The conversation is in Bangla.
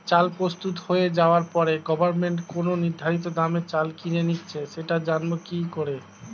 চাল প্রস্তুত হয়ে যাবার পরে গভমেন্ট কোন নির্ধারিত দামে চাল কিনে নিচ্ছে সেটা জানবো কি করে?